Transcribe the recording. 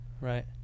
right